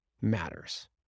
matters